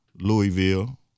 Louisville